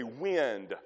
wind